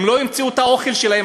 הם לא ימצאו את האוכל שלהם,